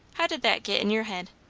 how did that git in your head?